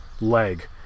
leg